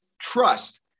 trust